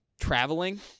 traveling